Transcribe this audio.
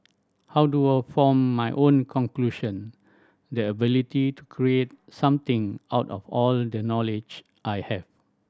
how do I form my own conclusion the ability to create something out of all the knowledge I have